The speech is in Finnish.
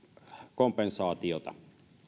kompensaatiota